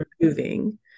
moving